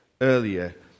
earlier